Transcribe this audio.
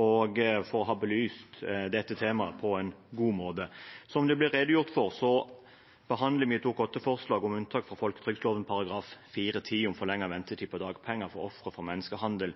og for å ha belyst dette temaet på en god måte. Som det ble redegjort for, behandler vi et Dokument 8-forslag om unntak fra folketrygdloven § 4-10 om forlenget ventetid på dagpenger for ofre for menneskehandel